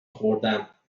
خوردم